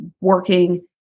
working